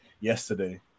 yesterday